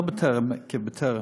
לא בטר"ם כטר"ם,